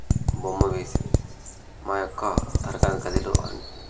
బొమ్మ వేసి మా యొక్క తరగతి గదిలో అన్